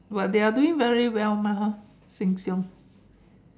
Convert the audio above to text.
but they are doing very well mah [huh] Shieng-Siong